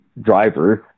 drivers